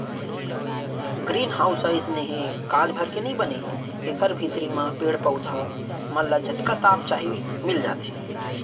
green house ह अइसने कांच भर के नइ बने हे एकर भीतरी म पेड़ पउधा मन ल जतका ताप चाही मिल जाथे